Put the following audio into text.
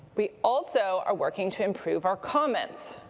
we also are working to improve our comments,